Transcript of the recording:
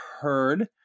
heard